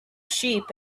sheep